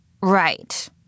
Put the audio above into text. Right